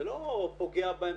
זה לא פוגע בהם,